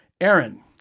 Aaron